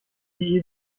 die